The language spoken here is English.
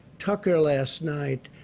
tucker last night,